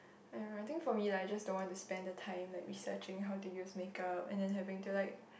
I don't know I think for me like I just don't want to spend the time like researching how to use makeup and having to like